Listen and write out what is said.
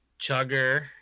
chugger